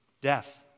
death